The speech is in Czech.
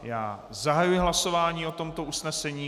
Já zahajuji hlasování o tomto usnesení.